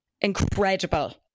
incredible